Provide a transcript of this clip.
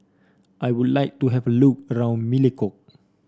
I would like to have a look around Melekeok